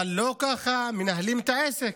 אבל לא כך מנהלים את העסק.